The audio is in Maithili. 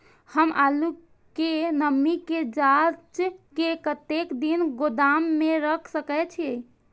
हम आलू के नमी के जाँच के कतेक दिन गोदाम में रख सके छीए?